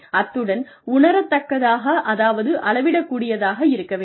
அத்துடன் உணரத்தக்கதாக அதாவது அளவிடக்கூடியதாக இருக்க வேண்டும்